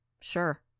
Sure